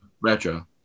Retro